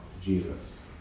Jesus